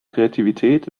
kreativität